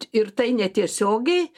ir tai netiesiogiai